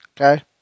okay